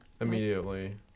Immediately